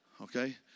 Okay